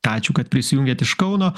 ačiū kad prisijungėt iš kauno